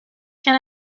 can